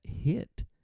hit